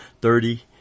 Thirty